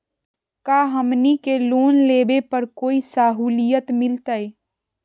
का हमनी के लोन लेने पर कोई साहुलियत मिलतइ?